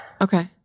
okay